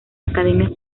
academias